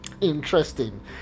interesting